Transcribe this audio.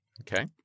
Okay